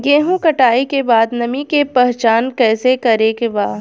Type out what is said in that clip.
गेहूं कटाई के बाद नमी के पहचान कैसे करेके बा?